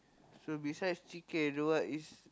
so besides chicken what is